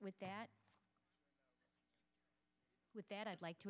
with that with that i'd like to